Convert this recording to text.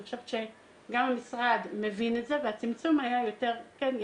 חושבת שגם המשרד מבין את זה והצמצום היה יותר קטן.